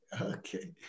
okay